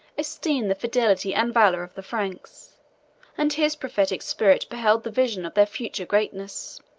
esteemed the fidelity and valor of the franks and his prophetic spirit beheld the vision of their future greatness.